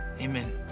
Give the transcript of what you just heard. amen